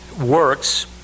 works